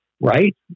Right